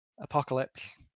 apocalypse